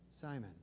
Simon